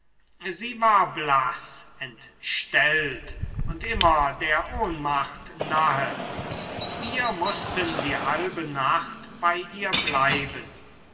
sie war blaß entstellt und immer der ohnmacht nahe wir mußten die halbe nacht bei ihr bleiben